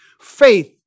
Faith